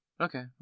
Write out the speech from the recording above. Okay